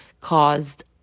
caused